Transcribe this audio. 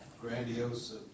grandiose